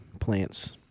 plants